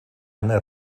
anna